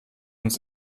uns